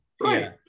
right